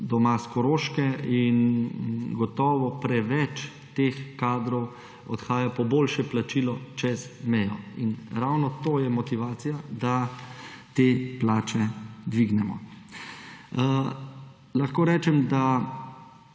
doma s Koroške in gotovo preveč teh kadrov odhaja po boljše plačilo čez mejo. Ravno to je motivacija, da te plače dvignemo. Lahko rečem, da